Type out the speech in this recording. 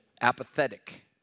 apathetic